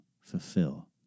fulfill